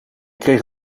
kreeg